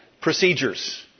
procedures